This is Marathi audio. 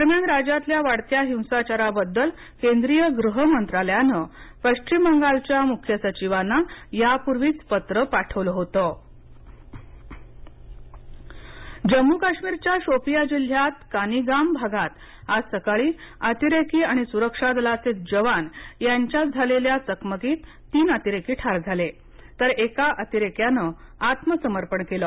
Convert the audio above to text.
दरम्यानराज्यातल्या वाढत्या हिंसाचाराबद्दल केंद्रीय गृह मंत्रालयाने पश्चिम बंगालच्या मुख्यसचिवांना यापूर्वीच पत्र पाठवलं होत अतिरेकी ठार जम्मू काश्मीरच्या शोपिया जिल्ह्यात कानिगांम भागात आज सकाळी अतिरेकी आणि सुरक्षा दलाचे जवान यांच्या झालेल्या चकमकीत तीनअतिरेकी ठार झालेतर एका अतिरेक्याने आत्मसमर्पण केल